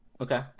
Okay